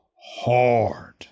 hard